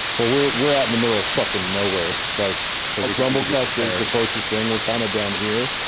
but we're we're out in the middle of fucking nowhere. like so like rumblecusp is the closest thing. we're kind of down here.